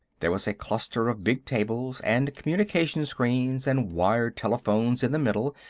there was a cluster of big tables and communication-screens and wired telephones in the middle,